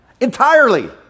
Entirely